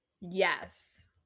Yes